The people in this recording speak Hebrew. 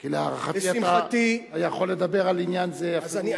כי להערכתי אתה יכול לדבר על עניין זה אפילו,